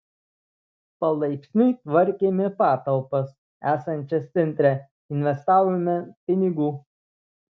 palaipsniui tvarkėme patalpas esančias centre investavome pinigų